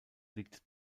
liegt